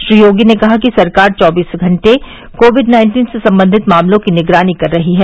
श्री योगी ने कहा कि सरकार चौबीस घंटे कोविड नाइन्टीन से संबंधित मामलों की निगरानी कर रही है